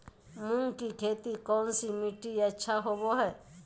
मूंग की खेती कौन सी मिट्टी अच्छा होबो हाय?